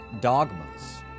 dogmas